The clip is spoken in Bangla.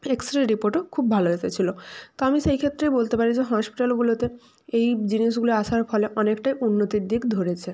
এক্স রে রিপোর্টও খুব ভালো এসেছিল তো আমি সেই ক্ষেত্রে বলতে পারি যে হসপিটালগুলোতে এই জিনিসগুলি আসার ফলে অনেকটাই উন্নতির দিক ধরেছে